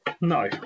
No